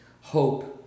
Hope